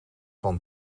van